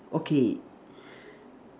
okay